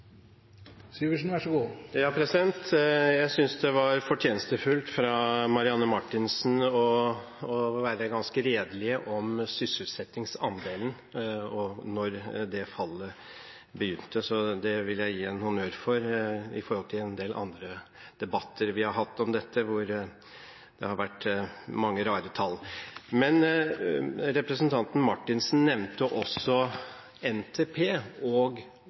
Jeg synes det var fortjenestefullt av Marianne Marthinsen å være ganske redelig om sysselsettingsandelen og når det fallet begynte. Det vil jeg gi henne honnør for, sett i forhold til en del andre debatter vi har hatt om dette, hvor det har vært mange rare tall. Representanten Marthinsen nevnte også NTP og